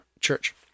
church